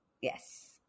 yes